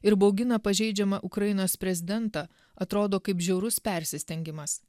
ir baugina pažeidžiamą ukrainos prezidentą atrodo kaip žiaurus persistengimas